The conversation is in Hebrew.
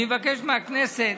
אני מבקש מהכנסת